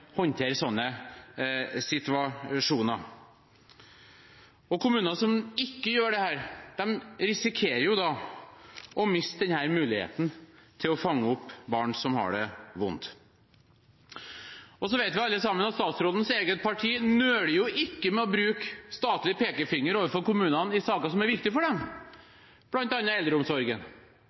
håndtere sånne situasjoner. Kommuner som ikke gjør dette, risikerer å miste denne muligheten til å fange opp barn som har det vondt. Så vet vi alle sammen at statsrådens eget parti ikke nøler med å bruke statlig pekefinger overfor kommunene i saker som er viktige for dem, bl.a. eldreomsorgen.